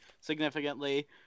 significantly